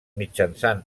mitjançant